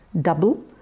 double